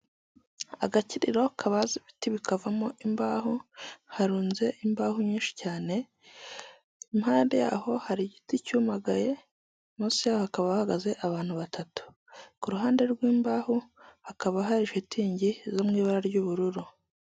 Agakiriro kabaza ibiti bikavamo imbaho, harunze imbaho nyinshi cyane impande yaho hari igiti cyumagaye, munsi hakaba hahagaze abantu batatu, ku ruhande rw'imbaho hakaba hari shitingi zo mu ibara ry'ubururu.